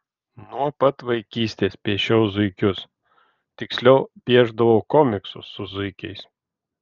nuo pat vaikystės piešiau zuikius tiksliau piešdavau komiksus su zuikiais